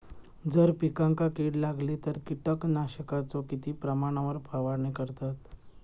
जर पिकांका कीड लागली तर कीटकनाशकाचो किती प्रमाणावर फवारणी करतत?